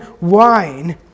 wine